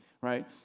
right